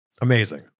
Amazing